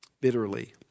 bitterly